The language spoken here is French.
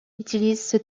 utilise